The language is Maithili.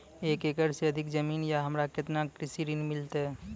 एक एकरऽ से अधिक जमीन या हमरा केतना कृषि ऋण मिलते?